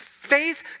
Faith